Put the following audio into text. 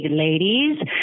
ladies